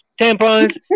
tampons